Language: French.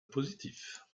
positif